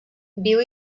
viu